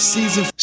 Season